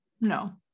no